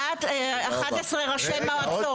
ועל דעת 11 ראשי מועצות,